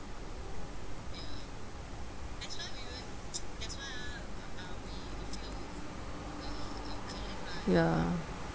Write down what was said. ya